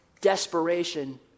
desperation